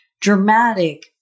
dramatic